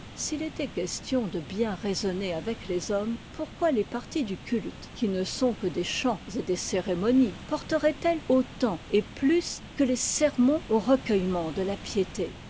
s'il n'était question que de bien raisonner avec les hommes pourquoi les parties du culte qui ne sont que des chants et des cérémonies porteraientelles autant et plus que les sermons au recueillement de la piété